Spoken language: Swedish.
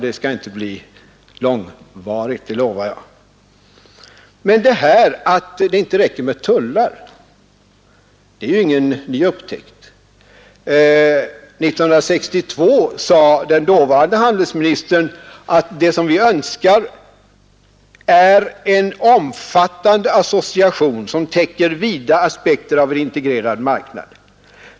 Det skall inte bli långvarigt — det lovar jag. Detta att det inte räcker med tullar är ju ingen ny upptäckt. 1962 sade den dåvarande handelsministern att vad vi önskar är en omfattande association som täcker vida aspekter av en integrerad marknad.